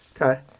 Okay